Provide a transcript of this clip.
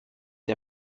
der